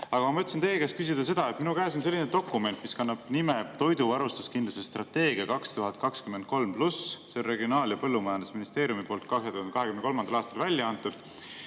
Aga ma mõtlesin teie käest küsida seda. Minu käes on dokument, mis kannab nime "Toidu varustuskindluse strateegia 2023+". See on Regionaal- ja Põllumajandusministeeriumi poolt 2023. aastal välja antud.